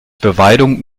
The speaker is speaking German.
beweidung